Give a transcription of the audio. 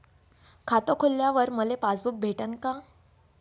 खातं खोलल्यावर मले पासबुक भेटन का?